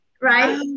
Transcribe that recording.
right